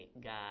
god